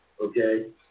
okay